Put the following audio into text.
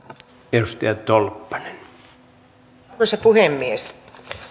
arvoisa puhemies